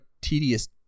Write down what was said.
tedious